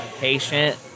patient